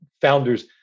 founders